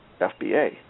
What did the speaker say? FBA